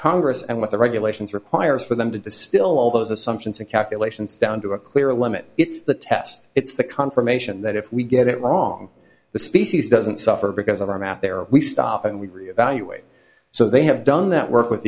congress and what the regulations require is for them to distill all those assumptions and calculations down to a clear limit it's the test it's the confirmation that if we get it wrong the species doesn't suffer because of our map there we stop and we reevaluated so they have done that work with